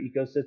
ecosystem